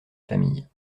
famille